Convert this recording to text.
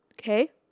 okay